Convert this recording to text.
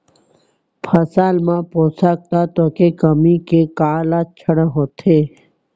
फसल मा पोसक तत्व के कमी के का लक्षण होथे?